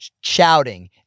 shouting